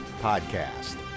Podcast